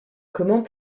comment